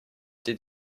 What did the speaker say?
did